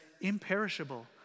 imperishable